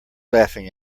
laughing